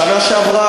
בשנה שעברה,